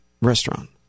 restaurant